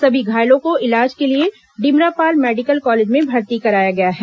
सभी घायलों को इलाज के लिए डिमरापाल मेडिकल कॉलेज में भर्ती कराया गया है